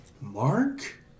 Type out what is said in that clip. Mark